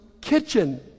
kitchen